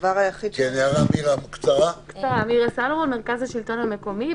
אני ממרכז השלטון המקומי.